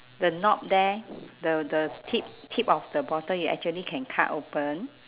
the knot there the the tip tip of the bottle you actually can cut open